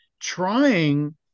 trying